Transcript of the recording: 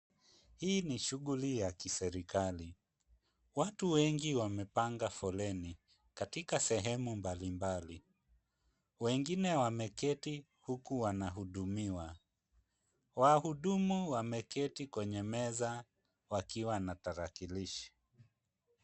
Hii ni shughuli ya kiserikali, watu wengi wamepanga foleni, katika sehemu mbali mbali. Wengine wameketi huku wanahudumiwa. Wahudumu wameketi kwenye meza wakiwa na tarakilishi.